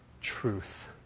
truth